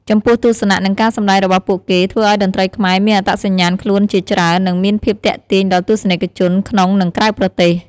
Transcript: ចំពោះទស្សនៈ និងការសម្តែងរបស់ពួកគេ ធ្វើឲ្យតន្ត្រីខ្មែរ មានអត្តសញ្ញាណខ្លួនជាច្រើន និងមានភាពទាក់ទាញដល់ទស្សនិកជនក្នុង និងក្រៅប្រទេស។